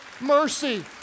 mercy